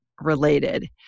related